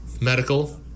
medical